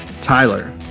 Tyler